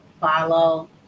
follow